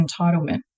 entitlement